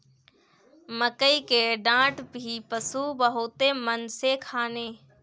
मकई के डाठ भी पशु बहुते मन से खाने